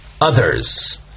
others